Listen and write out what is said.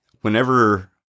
Whenever